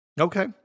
okay